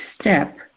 step